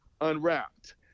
unwrapped